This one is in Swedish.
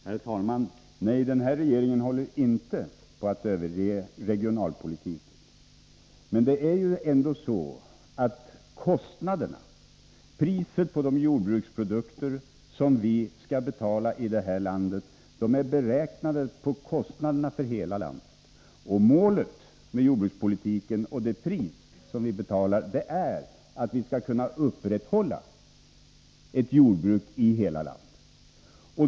Herr talman! Nej, den här regeringen håller inte på att överge regionalpolitiken, men det är ju ändå så, att priset på de jordbruksprodukter som vi skall betala är beräknat på basis av kostnaderna för hela landet. Målet med jordbrukspolitiken och det pris som vi betalar är att vi skall kunna upprätthålla ett jordbruk i hela landet.